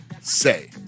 say